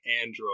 android